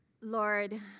Lord